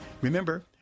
Remember